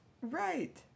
Right